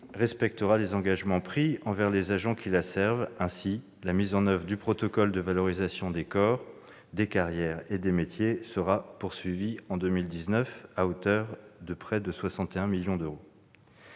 respectera les engagements pris envers les agents qui la servent. Ainsi, la mise en oeuvre du protocole de valorisation des corps, des carrières et des métiers sera poursuivie en 2019, à hauteur de près de 61 millions d'euros.